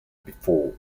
before